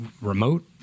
remote